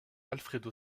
alfredo